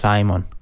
Simon